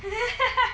is it